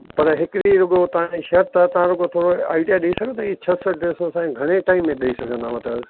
पर हिकु इहो तव्हां जी शर्त आहे तव्हां जो घणो थोरो आइडिया ॾेई सघंदा साईं इहे घणे ताईं सौ में ॾेई सघंदव तव्हां